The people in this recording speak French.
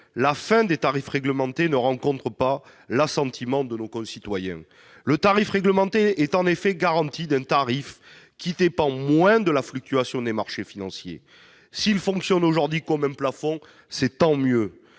-la fin des tarifs réglementés ne rencontre pas l'assentiment de nos concitoyens. Le tarif réglementé est en effet la garantie d'un tarif qui dépend moins de la fluctuation des marchés financiers. S'il fonctionne aujourd'hui comme un plafond, c'est tant mieux